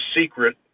secret